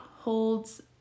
holds